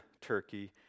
Turkey